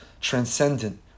transcendent